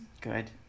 good